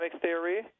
theory